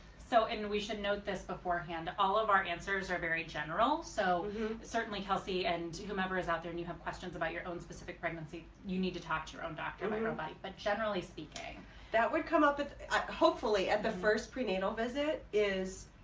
so and and we should note this beforehand all of our answers are very general so certainly healthy and to whomever is out there and you have questions about your own specific pregnancy you need to talk to your own doctor, like but generally speaking that would come up as hopefully at the first prenatal visit is